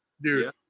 Dude